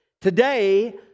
Today